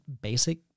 basic